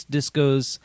Discos